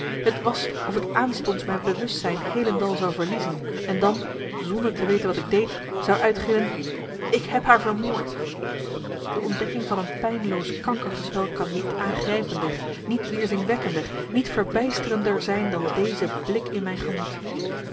t was of ik aanstonds mijn bewustzijn heelendal zou verliezen en dan zonder marcellus emants een nagelaten bekentenis te weten wat ik deed zou uitgillen ik heb haar vermoord de ontdekking van een pijnloos kankergezwel kan niet aangrijpender niet weerzinwekkender niet verbijsterender zijn dan deze blik in mijn gemoed